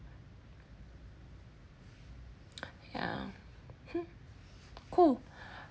ya hmm cool